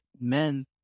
men